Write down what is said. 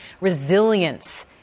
resilience